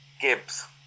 Gibbs